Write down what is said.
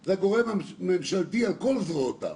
הוא הגורם הממשלתי על כל זרועותיו,